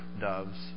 doves